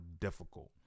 difficult